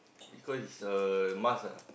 because is a must ah